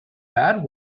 bad